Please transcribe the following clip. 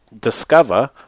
discover